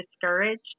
discouraged